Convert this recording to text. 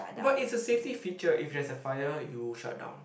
but it's a safety feature if there's a fire you shut down